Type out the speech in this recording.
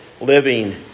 living